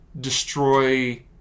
destroy